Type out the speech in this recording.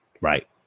Right